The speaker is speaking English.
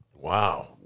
Wow